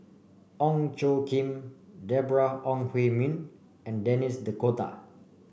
Ong Tjoe Kim Deborah Ong Hui Min and Denis D'Cotta